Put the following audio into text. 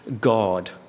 God